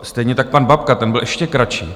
Stejně tak pan Babka, ten byl ještě kratší.